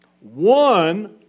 one